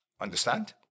understand